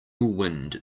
wind